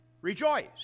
Rejoice